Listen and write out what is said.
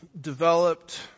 developed